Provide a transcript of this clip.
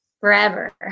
forever